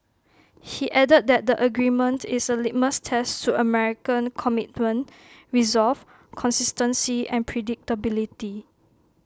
he added that the agreement is A litmus test to American commitment resolve consistency and predictability